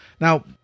Now